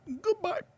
goodbye